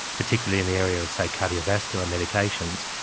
particularly in the area of, say, cardiovascular medications,